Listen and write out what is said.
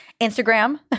Instagram